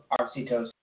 oxytocin